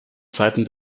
zeiten